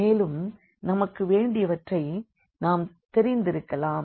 மேலும் நமக்கு வேண்டியவற்றை நாம் தெரிந்திருக்கலாம்